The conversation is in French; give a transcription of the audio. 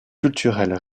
culturelle